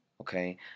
Okay